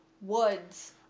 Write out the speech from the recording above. woods